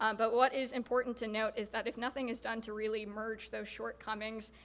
um but what is important to note is that if nothing is done to really merge those short comings,